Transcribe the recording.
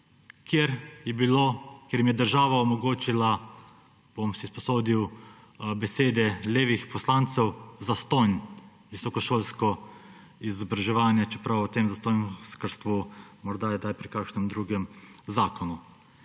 Ljubljano, kjer jim je država omogočila − si bom sposodil besede levih poslancev − zastonj visokošolsko izobraževanje, čeprav o tem zastonjkarstvu morda raje kdaj pri kakšnem drugem zakonu.